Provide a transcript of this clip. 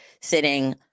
sitting